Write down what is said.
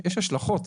יש השלכות.